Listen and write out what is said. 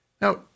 Now